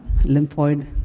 lymphoid